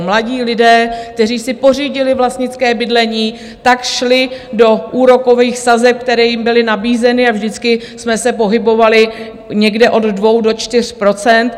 Mladí lidé, kteří si pořídili vlastnické bydlení, šli do úrokových sazeb, které jim byly nabízeny, a vždycky jsme se pohybovali někde od 2 do 4 %.